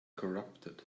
corrupted